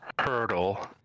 hurdle